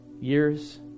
years